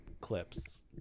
clips